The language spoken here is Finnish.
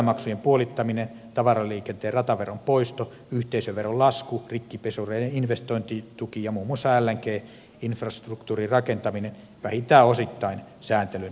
väylämaksujen puolittaminen tavaraliikenteen rataveron poisto yhteisöveron lasku rikkipesureiden investointituki ja muun muassa lng infrastruktuurin rakentaminen vähentävät osittain sääntelyn vaikutuksia